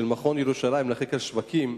של מכון ירושלים לחקר שווקים,